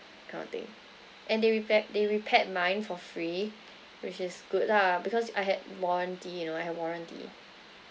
kind of thing and they repaired they repaired mine for free which is good lah because I had warranty you know I have warranty